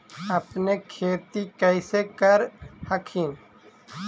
अपने खेती कैसे कर हखिन?